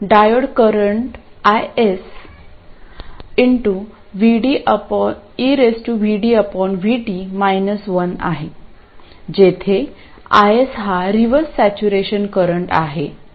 diode current IS आहे जेथे IS हा रिव्हर्स सॅचूरेशन करंट आहे